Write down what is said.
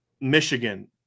Michigan